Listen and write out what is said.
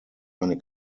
eine